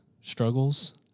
struggles